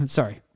Sorry